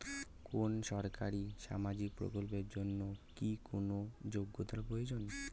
কোনো সরকারি সামাজিক প্রকল্পের জন্য কি কোনো যোগ্যতার প্রয়োজন?